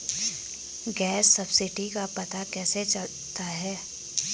Gas subsidy का पता कैसे चलता है?